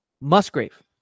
Musgrave